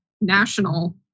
national